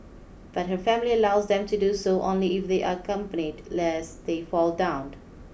but her family allows them to do so only if they are lest they fall down